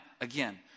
again